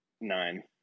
Nine